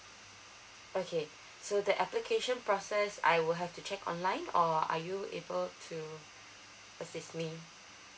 okay so the application process I will have to check online or are you able to assist me